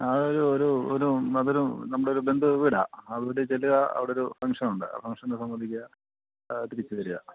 ആ ഒരു ഒരു ഒരു അതൊരു നമ്മുടെയൊരു ബന്ധു വീടാ ആ വീട് ചെല്ലുക അവിടൊരു ഫങ്ഷനുണ്ട് ആ ഫങ്ഷന് സംബന്ധിക്കുക തിരിച്ച് വരിക